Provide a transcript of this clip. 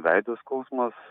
veido skausmas